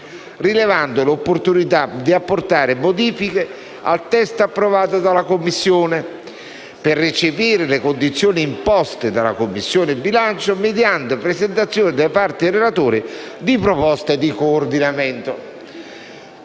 rilevando l'opportunità di apportare modifiche al testo approvato dalla Commissione, per recepire le condizioni imposte dalla Commissione bilancio, mediate presentazione da parte dei relatori di proposte di coordinamento